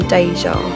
Deja